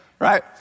Right